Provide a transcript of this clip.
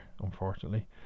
unfortunately